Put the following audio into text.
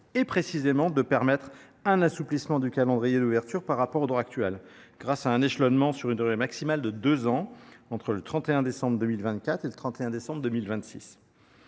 est précisément de permettre un assouplissement du calendrier d’ouverture par rapport au droit actuel, grâce à un échelonnement sur une durée maximale de deux ans, entre le 31 décembre 2024 et le 31 décembre 2026.